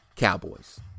Cowboys